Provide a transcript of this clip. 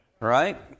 Right